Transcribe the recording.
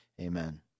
amen